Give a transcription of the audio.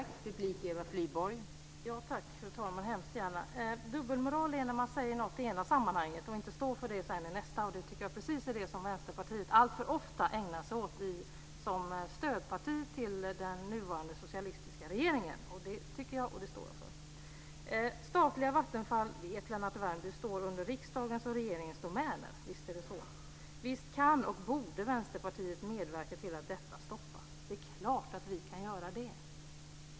Fru talman! Den här repliken tar jag hemskt gärna. Dubbelmoral är när man säger något i ena sammanhanget och sedan inte står för det i det andra. Jag tycker att det är precis det som Vänsterpartiet alltför ofta ägnar sig åt som stödparti till den nuvarande socialistiska regeringen. Det tycker jag, och det står jag för. Statliga Vattenfall står, och det vet Lennart Visst är det så, och visst kan och borde Vänsterpartiet medverka till att detta stoppas. Det är klart att vi kan göra det.